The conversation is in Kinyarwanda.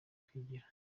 kwigira